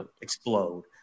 Explode